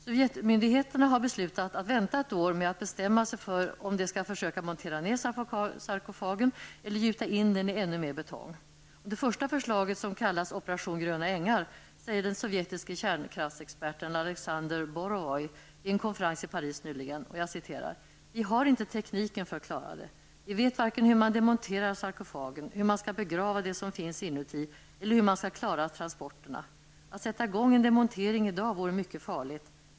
Sovjetmyndigheterna har beslutat att vänta ett år med att bestämma sig för om de skall försöka montera ned sarkofagen eller gjuta in den i ännu mer betong. Om det första förslaget, som kallas ''Operation Gröna Ängar'', sade den sovjetiske kärnkraftsexperten Alexander Borovoj vid en konferens i Paris nyligen: ''Vi har inte tekniken för att klara det. Vi vet varken hur man demonterar sarkofagen, hur man skall begrava det som finns inuti eller hur man skall klara transporterna. Att sätta i gång en demontering i dag vore mycket farligt.